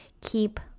keep